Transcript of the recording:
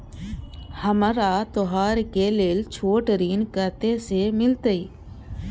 हमरा त्योहार के लेल छोट ऋण कते से मिलते?